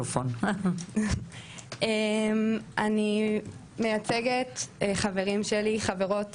אני מייצגת חברים וחברות שלי,